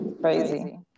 Crazy